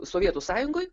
sovietų sąjungoj